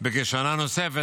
בכשנה נוספת,